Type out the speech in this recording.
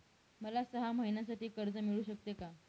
मला सहा महिन्यांसाठी कर्ज मिळू शकते का?